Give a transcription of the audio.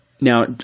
now